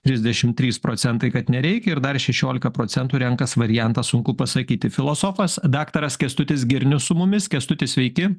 trisdešimt trys procentų kad nereikia ir dar šešiolika procentų renkas variantą sunku pasakyti filosofas daktaras kęstutis girnius su mumis kęstuti sveiki